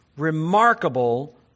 remarkable